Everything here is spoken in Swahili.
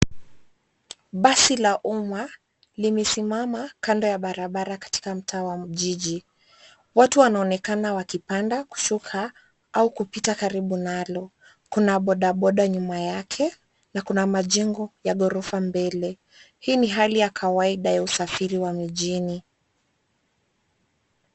Basi la umma limesimama kando ya barabara katika mtaa wa jiji. Watu wanaonekana wakipanda, kushuka au kupita karibu nalo. Kuna bodaboda nyuma yake na kuna majengo ya ghorofa mbele. Hii ni hali ya kawaida ya usafiri wa mijini.